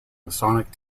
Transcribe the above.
masonic